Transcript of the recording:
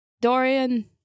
Dorian